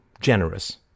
generous